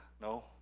No